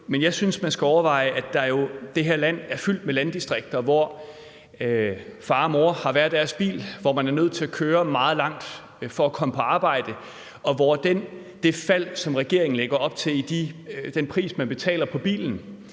men jeg synes, man skal overveje, at det her land er fyldt med landdistrikter, hvor far og mor har hver deres bil, hvor man er nødt til at køre meget langt for at komme på arbejde, og hvor det fald, som regeringen lægger op til, i prisen, man betaler for bilen,